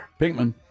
Pinkman